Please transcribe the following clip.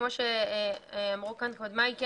כפי שאמרו קודמיי,